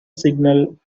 signal